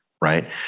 Right